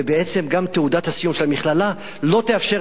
ובעצם גם תעודת הסיום של המכללה לא תאפשר